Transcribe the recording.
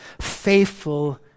faithful